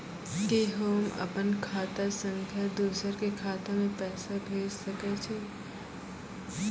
कि होम अपन खाता सं दूसर के खाता मे पैसा भेज सकै छी?